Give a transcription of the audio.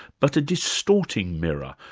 but a distorting mirror,